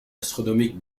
astronomique